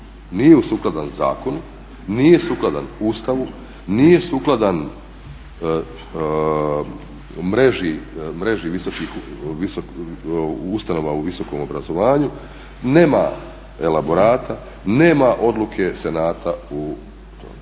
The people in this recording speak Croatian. nije sukladan zakonu, nije sukladan Ustavu, nije sukladan mreži ustanova u visokom obrazovanju, nema elaborata nema odluke senata u